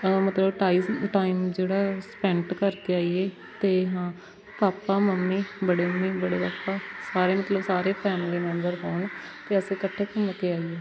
ਮਤਲਬ ਟਾਈਸ ਟਾਈਮ ਜਿਹੜਾ ਸਪੈਂਟ ਕਰਕੇ ਆਈਏ ਅਤੇ ਹਾਂ ਪਾਪਾ ਮੰਮੀ ਬੜੇ ਮੰਮੀ ਬੜੇ ਪਾਪਾ ਸਾਰੇ ਮਤਲਬ ਸਾਰੇ ਫੈਮਲੀ ਮੈਂਬਰ ਹੋਣ ਅਤੇ ਅਸੀਂ ਇਕੱਠੇ ਘੁੰਮ ਕੇ ਆਈਏ